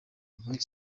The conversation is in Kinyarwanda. muri